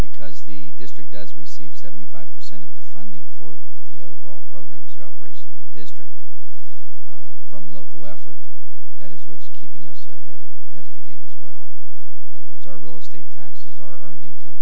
because the district does receive seventy five percent of the funding for the overall programs or operation district from local effort that is what's keeping us ahead at the game as well other words are real estate taxes are earning income